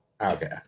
Okay